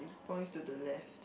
points to the left